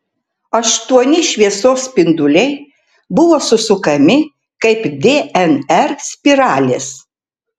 aštuoni šviesos spinduliai buvo susukami kaip dnr spiralės